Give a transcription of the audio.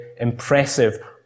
impressive